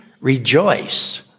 Rejoice